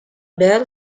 there